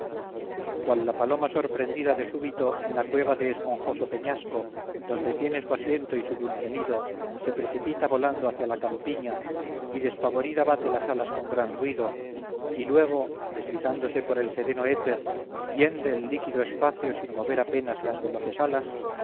piélago cual la paloma sorprendida de súbito en la cueva de esponjoso peñasco donde tiene su asiento y su dulce nido se precipita volando hacia la campiña y despavorida bate las alas con gran ruido y luego deslizándose por el sereno éter hiende el líquido espacio sin mover apenas las veloces alas